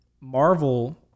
Marvel